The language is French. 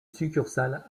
succursale